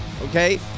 okay